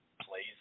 plays